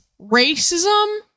racism